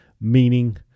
meaning